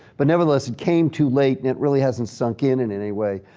but nevertheless, it came too late and it really hasn't sunk in in any way.